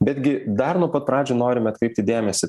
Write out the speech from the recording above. betgi dar nuo pat pradžių norime atkreipti dėmesį